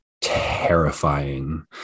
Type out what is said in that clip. terrifying